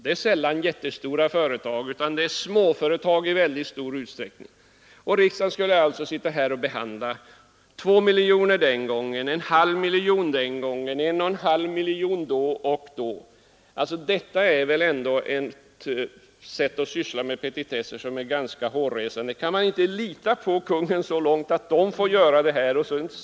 Det är sällan jättestora företag, utan det är i stor utsträckning småföretag. Riksdagen skulle alltså behandla frågor som gäller 2 miljoner kronor den gången, 1,5 miljoner den gången, 1,5 miljoner den gången. Detta är väl ändå ett ganska hårresande sätt att syssla med petitesser? Kan man inte lita på Kungl. Maj:t så långt att Kungl. Maj:t får sköta detta?